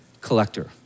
collector